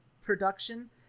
production